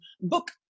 Book